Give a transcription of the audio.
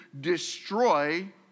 destroy